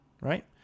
Right